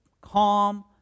calm